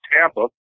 Tampa